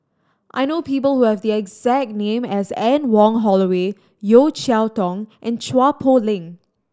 I know people who have the exact name as Anne Wong Holloway Yeo Cheow Tong and Chua Poh Leng